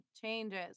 changes